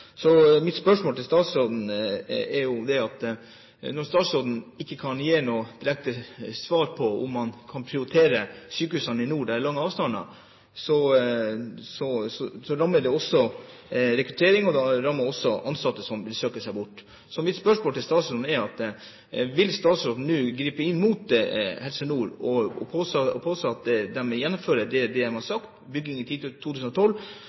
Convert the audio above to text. Når statsråden ikke kan gi noe rett svar på om man kan prioritere sykehusene i nord der det er lange avstander, rammer det også rekrutteringen, og det rammer ansatte, som vil søke seg bort. Mitt spørsmål til statsråden er: Vil statsråden nå gripe inn mot Helse Nord og påse at de gjennomfører det man har sagt, bygging i 2012,